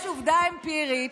יש עובדה אמפירית,